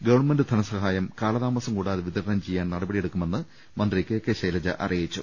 government ധനസഹായം കാലതാമസം കൂടാതെ വിതരണം ചെയ്യാൻ നടപടിയെടുക്കുമെന്ന് മന്ത്രി കെ കെ ശൈലജ അറിയിച്ചു